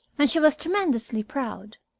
and she was tremendously proud.